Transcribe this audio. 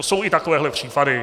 Jsou i takovéhle případy.